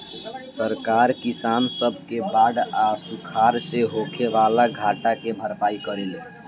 सरकार किसान सब के बाढ़ आ सुखाड़ से होखे वाला घाटा के भरपाई करेले